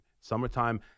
Summertime